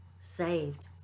saved